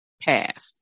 path